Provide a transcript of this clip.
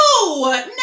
No